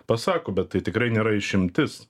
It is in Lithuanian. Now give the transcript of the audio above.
pasako bet tai tikrai nėra išimtis